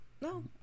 No